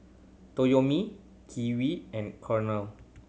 Toyomi Kiwi and Cornell